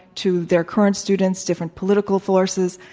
to their current students, different political forces.